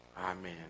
Amen